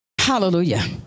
Hallelujah